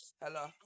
Hello